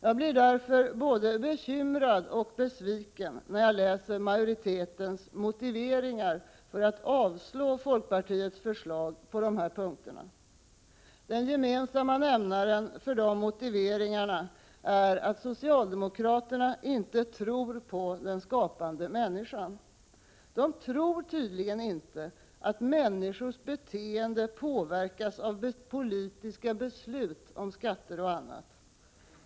Jag blir därför både bekymrad och besviken när jag läser majoritetens motiveringar för att avslå folkpartiets förslag på dessa punkter. Den gemensamma nämnaren för dessa motiveringar är att socialdemokraterna inte tror på den skapande människan. De tror tydligen inte att människors beteende påverkas av politiska beslut om skatter och annat.